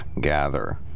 gather